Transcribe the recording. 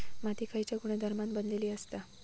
माती खयच्या गुणधर्मान बनलेली असता?